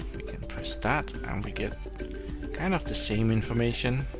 press that, and we get kind of the same information.